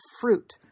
fruit